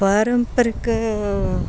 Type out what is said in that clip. पारम्परिक